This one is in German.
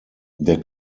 der